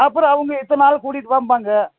அப்புறம் அவங்க இத்தனை ஆள் கூட்டிகிட்டு வாம்பாங்க